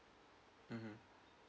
mmhmm